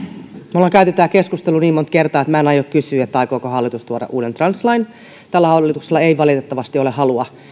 me olemme käyneet tämän keskustelun niin monta kertaa että en aio kysyä aikooko hallitus tuoda uuden translain tällä hallituksella ei valitettavasti ole halua